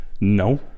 No